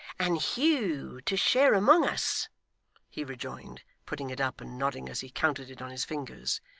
and hugh, to share among us he rejoined, putting it up, and nodding, as he counted it on his fingers.